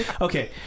Okay